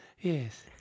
Yes